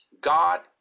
God